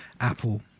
Apple